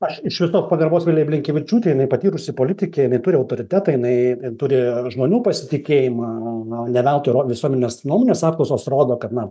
aš iš visos pagarbos vilijai blinkevičiūtei jinai patyrusi politikė jinai turi autoritetą jinai turi žmonių pasitikėjimą ne veltui ro visuomenės nuomonės apklausos rodo kad na